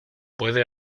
puede